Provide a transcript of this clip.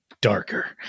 darker